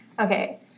Okay